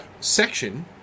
section